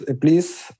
please